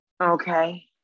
okay